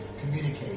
communicate